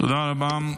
תודה רבה.